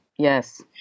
Yes